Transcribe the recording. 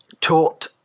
taught